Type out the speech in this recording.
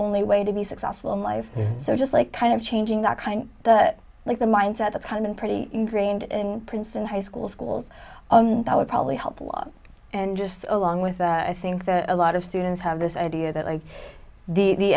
only way to be successful in life so just like kind of changing that kind of like the mindset that's come in pretty ingrained in princeton high schools schools that would probably help a lot and just along with that i think that a lot of students have this idea that like the